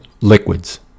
liquids